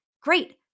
Great